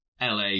LA